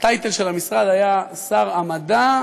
הטייטל של המשרד היה: שר המדע,